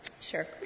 Sure